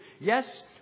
Yes